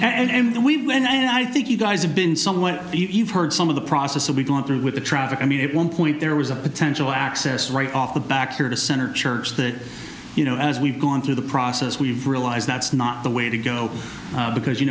know and we when i think you guys have been somewhat even heard some of the process will be gone through with the traffic i mean it one point there was a potential access right off the back here to center church that you know as we've gone through the process we've realized that's not the way to go because you